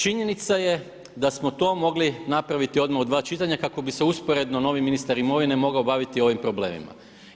Činjenica je da smo to mogli napraviti odmah u dva čitanja kako bi se usporedno novi ministar imovine mogao baviti ovim problemima.